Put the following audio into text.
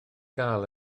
gael